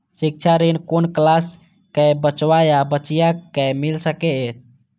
शिक्षा ऋण कुन क्लास कै बचवा या बचिया कै मिल सके यै?